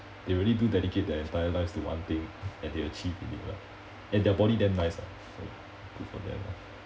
they really do dedicate their entire lives to one thing and they achieve it and their body damn nice ah so good for them lah